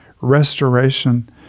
restoration